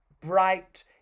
bright